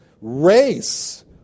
race